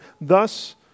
Thus